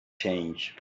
change